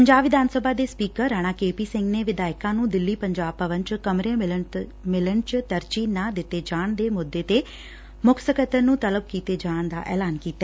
ਪੰਜਾਬ ਵਿਧਾਨ ਸਭਾ ਦੇ speaker Rana K P Singh ਨੇ ਵਿਧਾਇਕਾਂ ਨੂੰ ਦਿੱਲੀ ਪੰਜਾਬ ਭਵਨ ਚ ਕਮਰੇ ਮਿਲਣ ਚ ਤਰਜੀਹ ਨਾ ਦਿੱਤੇ ਜਾਣ ਦੇ ਮੁੱਦੇ ਤੇ ਮੁੱਖ ਸਕੱਤਰ ਨੂੰ ਤਲਬ ਕੀਤੇ ਜਾਣ ਦਾ ਐਲਾਨ ਕੀਤਾ